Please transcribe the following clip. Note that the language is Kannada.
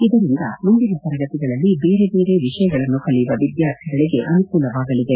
ಇದರಿಂದ ಮುಂದಿನ ತರಗತಿಗಳಲ್ಲಿ ಬೇರೆ ಬೇರೆ ವಿಷಯಗಳನ್ನು ಕಲಿಯುವ ವಿದ್ಯಾರ್ಥಿಗಳಿಗೆ ಅನುಕೂಲವಾಗಲಿದೆ